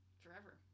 forever